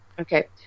Okay